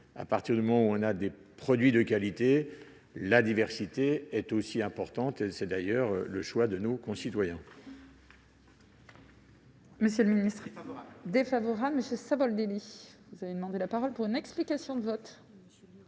lors que l'on a des produits de qualité, la diversité est aussi importante ; c'est d'ailleurs le choix de nos concitoyens.